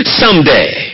someday